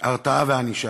הרתעה וענישה.